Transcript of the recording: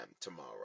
tomorrow